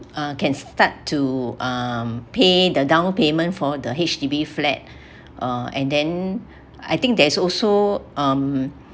uh can start to um pay the down payment for the H_D_B flat uh and then I think there's also um